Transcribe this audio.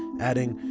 adding,